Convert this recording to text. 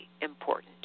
important